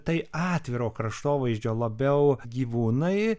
tai atviro kraštovaizdžio labiau gyvūnai